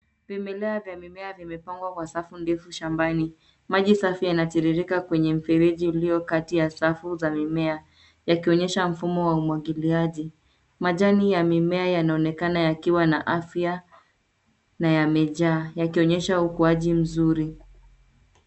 Vimelea vya mimea vimepangwa kwa safu ndefu shambani. Maji safi yanatiririka kwenye mfereji ulio kati ya safu za mimea yakionyesha mfumo wa umwagiliaji. Majani ya mimea yanaonekana yakiwa na afya na yamejaa yakionyesha ukuaji mzuri.